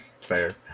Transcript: Fair